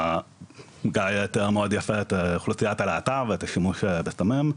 גיא תיאר מאוד יפה את אוכלוסיית הלהט"ב והשימוש בסמים,